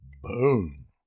boom